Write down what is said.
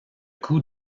coût